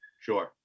Sure